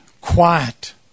quiet